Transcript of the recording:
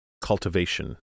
Cultivation